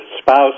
spouse